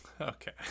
Okay